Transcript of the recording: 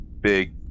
big